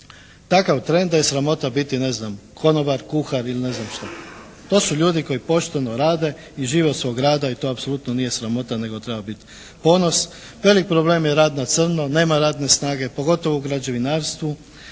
takav trend da je sramota biti, ne znam, konobar, kuhar ili ne znam šta. To su ljudi koji pošteno rade i žive od svog rada i to apsolutno nije sramota nego treba biti ponos. Velik problem je rad na crno. Nema radne snage pogotovo u građevinarstvu.